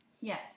Yes